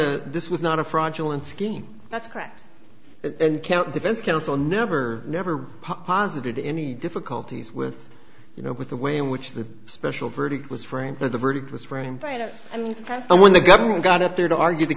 a this was not a fraudulent scheme that's correct and count defense counsel never never posited any difficulties with you know with the way in which the special verdict was framed for the verdict was framed plaintiff i mean when the government got up there to argue the